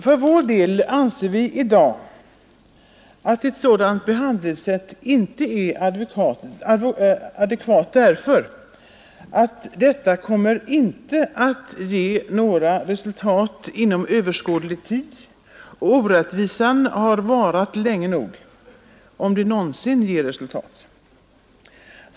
För vår del anser vi i dag att ett sådant behandlingssätt inte är adekvat, därför att det inte kommer att ge några resultat inom överskådlig tid — orättvisan har varat länge nog — om det någonsin ger resultat.